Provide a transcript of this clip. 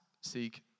seek